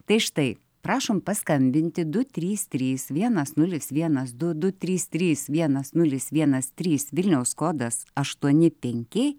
tai štai prašom paskambinti du trys trys vienas nulis vienas du du trys trys vienas nulis vienas trys vilniaus kodas aštuoni penki